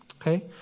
Okay